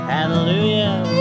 Hallelujah